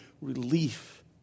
relief